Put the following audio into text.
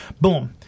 Boom